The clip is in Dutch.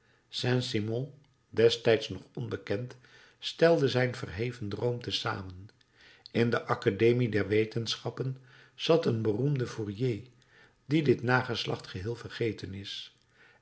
saint-simon destijds nog onbekend stelde zijn verheven droom te zamen in de academie der wetenschappen zat een beroemde fourier dien dit nageslacht geheel vergeten is